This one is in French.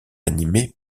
animée